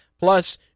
plus